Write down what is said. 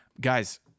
Guys